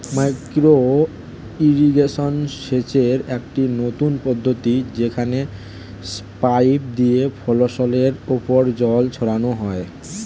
micro irrigation সেচের একটি নতুন পদ্ধতি যেখানে পাইপ দিয়ে ফসলের উপর জল ছড়ানো হয়